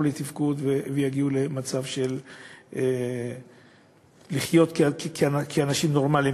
לתפקוד ויגיעו למצב של לחיות כאנשים נורמליים,